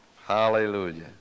Hallelujah